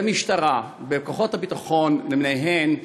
במשטרה, בכוחות הביטחון למיניהם,